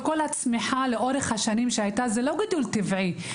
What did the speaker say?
הצמיחה שהייתה לאורך השנים היא לא גידול טבעי,